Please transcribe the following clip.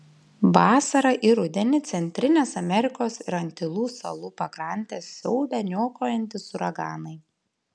vasarą ir rudenį centrinės amerikos ir antilų salų pakrantes siaubia niokojantys uraganai